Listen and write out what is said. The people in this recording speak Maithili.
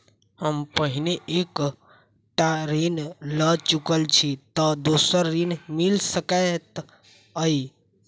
हम पहिने एक टा ऋण लअ चुकल छी तऽ दोसर ऋण मिल सकैत अई?